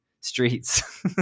streets